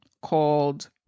called